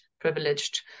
privileged